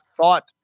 thought